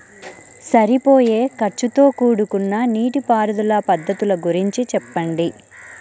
సరిపోయే ఖర్చుతో కూడుకున్న నీటిపారుదల పద్ధతుల గురించి చెప్పండి?